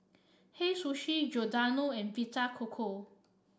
Hei Sushi Giordano and Vita Coco